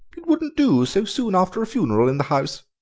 it wouldn't do, so soon after a funeral in the house.